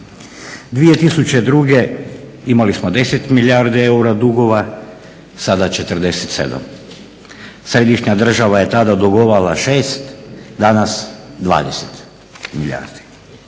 2002.imali smo 10 milijardi eura dugova sada 47. Središnja država je tada dugovala 6, danas 20 milijardi.